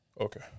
Okay